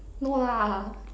no lah